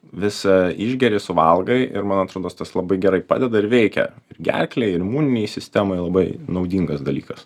visą išgeri suvalgai ir man atrodos tas labai gerai padeda ir veikia ir gerklę ir imuninei sistemai labai naudingas dalykas